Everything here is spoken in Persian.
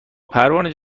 پروانه